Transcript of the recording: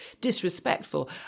disrespectful